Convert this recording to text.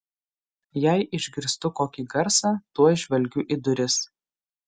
jei išgirstu kokį garsą tuoj žvelgiu į duris